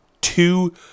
two